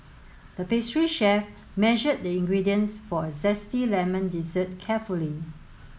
the pastry chef measured the ingredients for a zesty lemon dessert carefully